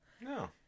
No